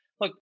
look